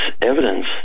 evidence